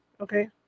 okay